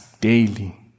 daily